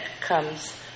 comes